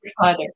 father